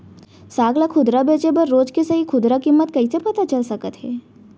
साग ला खुदरा बेचे बर रोज के सही खुदरा किम्मत कइसे पता चल सकत हे?